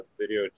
video